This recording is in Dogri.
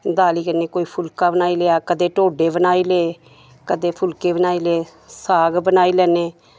दाली कन्नै कोई फुलका बनाई लैआ कदें ढोड्डे बनाई ले कदें फुलके बनाई ले साग बनाई लैने